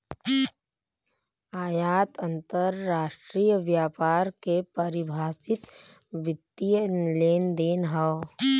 आयात अंतरराष्ट्रीय व्यापार के परिभाषित वित्तीय लेनदेन हौ